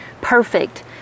perfect